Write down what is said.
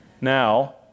Now